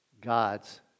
God's